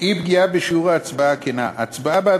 אי-פגיעה בשיעור ההצבעה הכנה הצבעה בעד